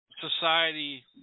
society